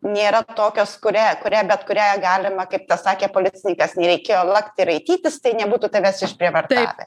nėra tokios kurią kurią bet kurią galima kaip tas sakė policininkas nereikėjo lakti ir raitytis tai nebūtų tavęs išprievartavę